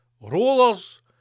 rollers